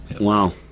Wow